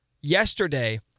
yesterday